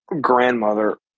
grandmother